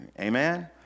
Amen